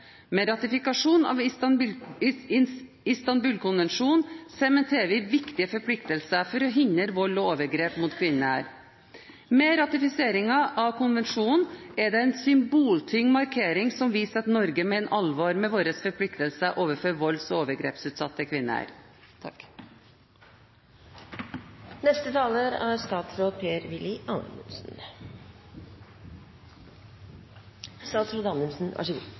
Med ratifikasjonen av Istanbul-konvensjonen sementerer vi viktige forpliktelser for å hindre vold og overgrep mot kvinner. Ratifiseringen av konvensjonen er en symboltung markering som viser at Norge mener alvor med våre forpliktelser overfor volds- og overgrepsutsatte kvinner. Jeg er